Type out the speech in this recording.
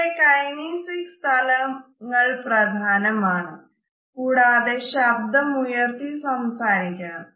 ഇവിടെ കനീസിക്സ് തലങ്ങൾ പ്രധാനം ആണ് കൂടാതെ ശബ്ദം ഉയർത്തി സംസാരിക്കണം